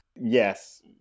Yes